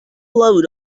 load